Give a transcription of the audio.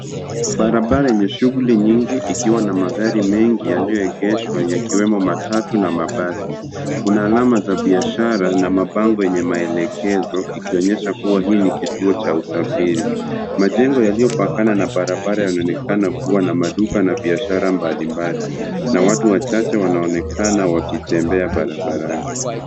Barabara yenye shughuli nyingi ikiwa na magari mengi yaliyoegeshwa yakiwemo matatu na mabasi. Kuna alama za biashara na mabango yenye maelekezo, ikionyesha kuwa hii ni kituo cha usafiri. Majengo yaliyopakana na barabara yanaonekana kuwa na maduka na biashara mbalimbali. Na watu wachache wanaonekana wakitembea barabarani.